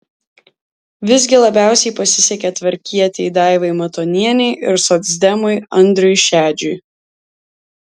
visgi labiausiai pasisekė tvarkietei daivai matonienei ir socdemui andriui šedžiui